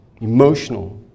emotional